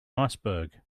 iceberg